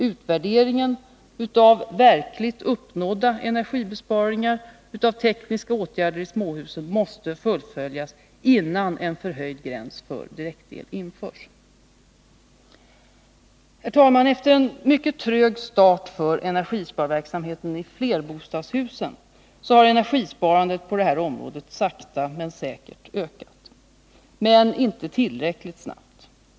Utvärderingen av verkligt uppnådda energibesparingar av tekniska åtgärder i småhusen måste fullföljas, innan en förhöjd gräns för direktel införs. Herr talman! Efter en mycket trög start för energisparverksamheten i flerbostadshusen har energisparandet på detta område sakta men säkert ökat, men inte tillräckligt snabbt.